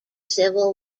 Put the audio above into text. civil